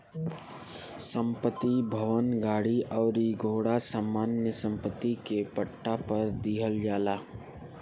संपत्ति, भवन, गाड़ी अउरी घोड़ा सामान्य सम्पत्ति के पट्टा पर दीहल जाला